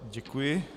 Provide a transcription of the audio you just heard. Děkuji.